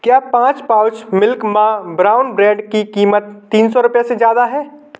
क्या पाँच pouch milk मा ब्राउन ब्रेड की कीमत तीन सौ रुपए से ज़्यादा है